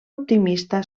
optimista